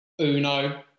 uno